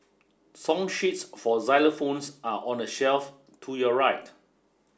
song sheets for xylophones are on the shelf to your right